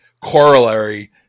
corollary